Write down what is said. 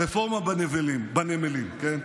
הרפורמה בנמלים, כן?